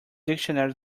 dictionary